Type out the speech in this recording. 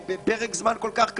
בפרק זמן כל כך קצר,